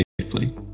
safely